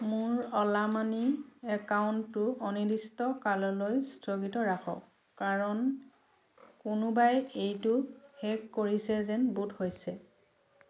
মোৰ Ola money একাউণ্টটো অনিৰ্দিষ্টকাললৈ স্থগিত ৰাখক কাৰণ কোনোবাই এইটো হেক কৰিছে যেন বোধ হৈছে